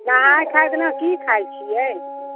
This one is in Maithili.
नहाय खाय दिना की खाइत छियै